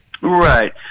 Right